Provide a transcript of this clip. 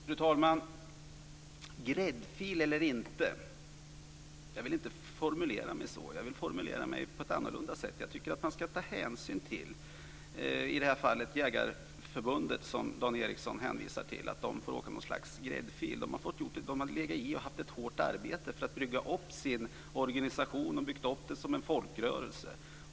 Fru talman! Gräddfil eller inte, jag vill inte formulera mig så. Jag vill formulera mig på ett annorlunda sätt. Jag tycker att man ska ta hänsyn till i det här fallet Jägareförbundet, som Dan Ericsson hänvisar till får åka någon slags gräddfil. De har legat i och haft ett hårt arbete för att bygga upp sin organisation och byggt upp den som en folkrörelse.